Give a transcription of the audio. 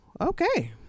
okay